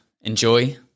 enjoy